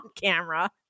camera